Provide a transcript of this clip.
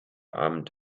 abend